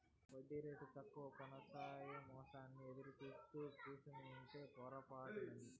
ఒడ్డీరేటు తక్కువకొస్తాయేమోనని ఎదురుసూత్తూ కూసుంటే పొరపాటే నమ్మి